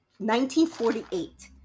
1948